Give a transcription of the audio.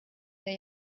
der